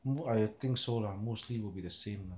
mo~ I think so lah mostly will be the same lah